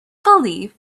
believe